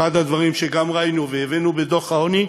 אחד הדברים, שגם ראינו והבאנו בדוח העוני,